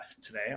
today